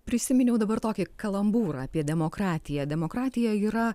prisiminiau dabar tokį kalambūrą apie demokratiją demokratija yra